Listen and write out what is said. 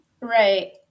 Right